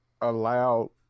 allowed